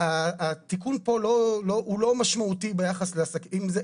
התיקון פה הוא לא משמעותי ביחס לעסקים פרטיים.